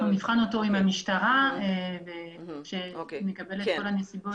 אנחנו נבחן אותו עם המשטרה כשנקבל את כל הנתונים.